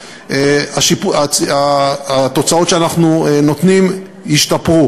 התוצאות שאנחנו נותנים השתפרו,